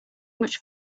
much